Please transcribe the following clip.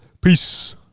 Peace